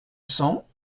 cents